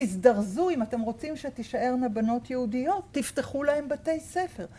תזדרזו, אם אתם רוצים שתישארנה בנות יהודיות, תפתחו להן בתי ספר.